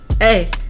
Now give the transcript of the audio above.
hey